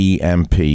EMP